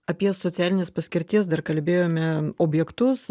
apie socialinės paskirties dar kalbėjome objektus